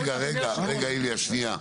רגע, רגע, הנה, שנייה.